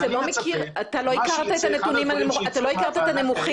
אחד הדברים שאני מצפה שייצא מהוועדה